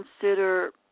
consider